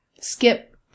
Skip